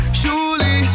surely